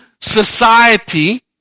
society